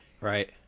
Right